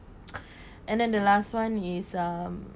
and then the last one is um